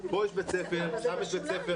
פה יש בית ספר, שם יש בית ספר.